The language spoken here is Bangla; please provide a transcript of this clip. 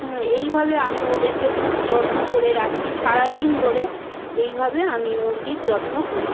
হুম এইভাবে আমি ওদেরকে খুব যত্ন করে রাখি সারাদিন ধরে এইভাবে আমি মুরগির যত্ন করি